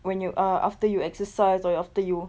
when you uh after you exercise or yo~ after you